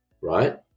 right